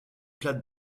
plates